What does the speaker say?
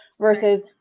versus